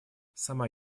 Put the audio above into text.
сама